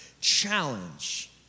challenge